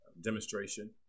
demonstration